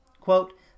Quote